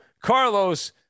Carlos